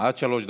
עד שלוש דקות.